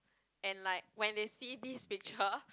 and like when they see these picture